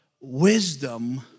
wisdom